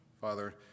Father